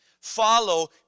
follow